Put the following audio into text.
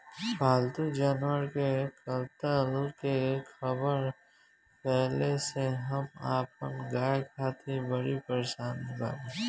पाल्तु जानवर के कत्ल के ख़बर फैले से हम अपना गाय खातिर बड़ी परेशान बानी